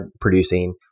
producing